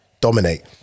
dominate